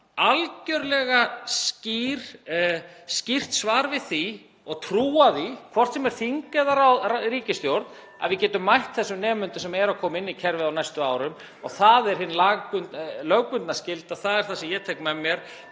algerlega skýrt svar við því og trúa því, hvort sem það er þing eða ríkisstjórn, að við getum mætt þessum nemendum sem eru að koma inn í kerfið á næstu árum og það er hin lögbundna skylda. (Forseti hringir.) Það er það sem ég tek með mér